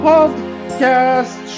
Podcast